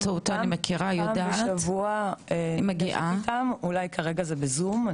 פעם בשבוע נפגשת איתם אולי כרגע בזום,